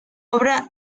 obra